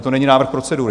To není návrh procedury.